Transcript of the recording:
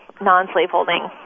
non-slaveholding